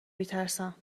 میترسم